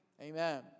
Amen